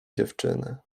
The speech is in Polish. dziewczyny